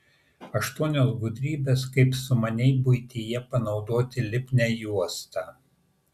aštuonios gudrybės kaip sumaniai buityje panaudoti lipnią juostą